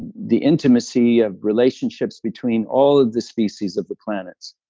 the intimacy of relationships between all of the species of the planet